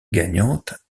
gagnante